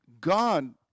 God